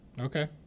Okay